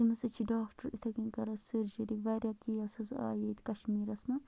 تٔمِس حظ چھِ ڈاکٹَر اِتھَے کٔنۍ کَرانان سٔرجٔری واریاہ کیس حظ آیہِ ییٚتہِ کَشمیٖرَس منٛز